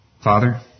Father